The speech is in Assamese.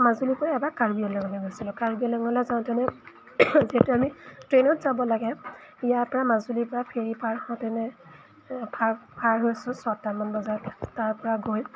মাজুলীৰপৰা এবাৰ কাৰ্বি আংলঙলৈ গৈছিলোঁ কাৰ্বি আংলঙলৈ যাওঁতেনে যিহেতু আমি ট্ৰেইনত যাব লাগে ইয়াৰপৰা মাজুলীৰপৰা ফেৰী পাৰ হওঁতেনে পাৰ পাৰ হৈছোঁ ছটামান বজাত তাৰপৰা গৈ